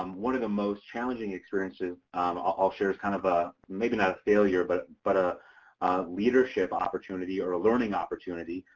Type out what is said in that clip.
um one of the most challenging experiences i'll share is kind of a, maybe not a failure, but but a leadership opportunity or a learning opportunity,